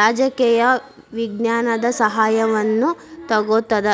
ರಾಜಕೇಯ ವಿಜ್ಞಾನದ ಸಹಾಯವನ್ನು ತಗೊತದ